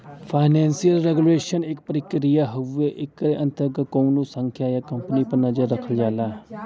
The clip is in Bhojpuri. फाइनेंसियल रेगुलेशन एक प्रक्रिया हउवे एकरे अंतर्गत कउनो संस्था या कम्पनी पर नजर रखल जाला